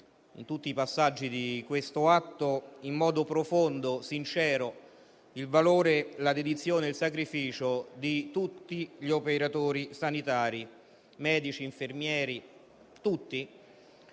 in tutti i passaggi di questo atto in modo profondo e sincero il valore, la dedizione e il sacrificio di tutti gli operatori sanitari (medici e infermieri),